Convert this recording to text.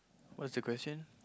what's the question